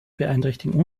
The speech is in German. beeinträchtigen